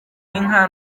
inka